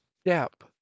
step